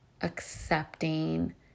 accepting